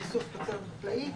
קטיף ואיסוף תוצרת חקלאית,